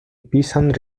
peasant